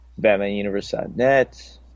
BatmanUniverse.net